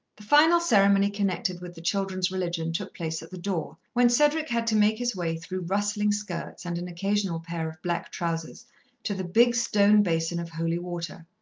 the final ceremony connected with the children's religion took place at the door, when cedric had to make his way through rustling skirts and an occasional pair of black trousers to the big stone basin of holy water.